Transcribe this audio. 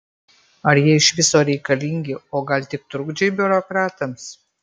ar jie iš viso reikalingi o gal tik trukdžiai biurokratams